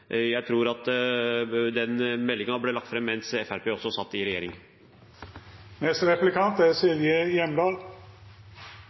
Jeg tror at den meldingen ble lagt fram mens også Fremskrittspartiet satt i regjering. Det er